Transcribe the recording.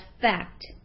fact